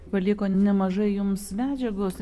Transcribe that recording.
paliko nemažai jums medžiagos